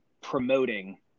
promoting –